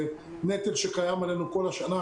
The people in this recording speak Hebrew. זה נטל שקיים עלינו כל השנה,